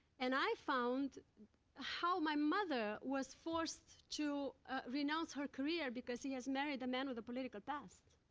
and i found how my mother was forced to renounce her career because she has married a man with a political past.